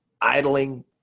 idling